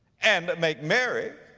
and make merry,